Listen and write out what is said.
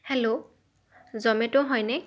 hello Zomato হয়নে